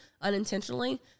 unintentionally